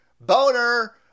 boner